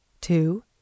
two